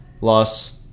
Lost